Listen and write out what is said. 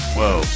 Whoa